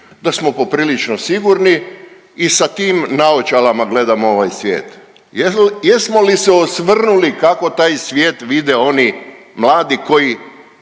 da smo poprilično sigurni i sa tim naočalama gledamo ovaj svijet? Jesmo li se osvrnuli kako taj svijet vide oni mladi koji